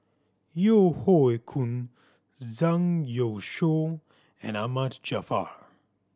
Yeo Hoe Koon Zhang Youshuo and Ahmad Jaafar